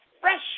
fresh